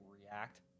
react